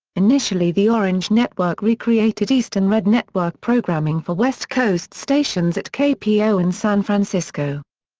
initially the orange network recreated eastern red network programming for west coast stations at kpo in san francisco.